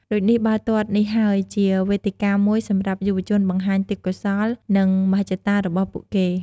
ដូចនេះ បាល់ទាត់នេះហើយជាវេទិកាមួយសម្រាប់យុវជនបង្ហាញទេពកោសល្យ និងមហិច្ឆតារបស់ពួកគេ។